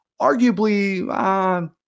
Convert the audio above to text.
Arguably